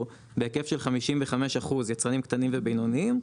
בהיקף של 55% יצרנים קטנים ובינוניים,